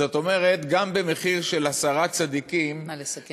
זאת אומרת, גם במחיר של עשרה צדיקים, נא לסכם.